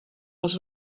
was